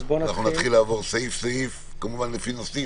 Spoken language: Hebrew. נתחיל לעבור סעיף-סעיף, כמובן לפי נושאים.